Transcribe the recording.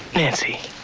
nancy.